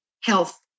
health